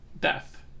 death